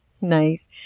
nice